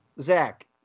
Zach